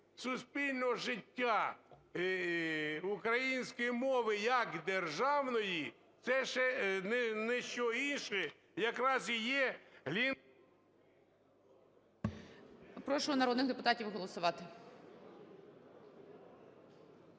суспільного життя української мови як державної, це ні що інше якраз і є … ГОЛОВУЮЧИЙ. Прошу народних депутатів голосувати.